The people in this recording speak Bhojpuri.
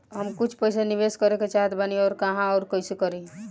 हम कुछ पइसा निवेश करे के चाहत बानी और कहाँअउर कइसे करी?